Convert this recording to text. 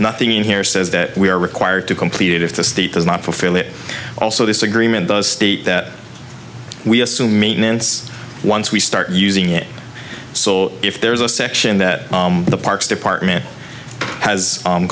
nothing in here says that we are required to complete it if the state does not fulfill it also this agreement does state that we assume maintenance once we start using it so if there is a section that the parks department has